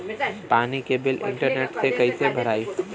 पानी के bill internet से कइसे भराई?